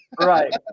Right